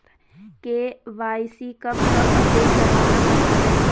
KYC कब कब update करवाना पड़ता है?